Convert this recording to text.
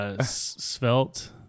Svelte